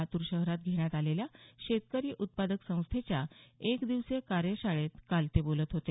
लातूर शहरात घेण्यात आलेल्या शेतकरी उत्पादक संस्थेच्या एक दिवशीय कार्यशाळेत काल ते बोलत होते